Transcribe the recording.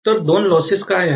तर दोन लॉसेस काय आहेत